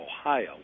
Ohio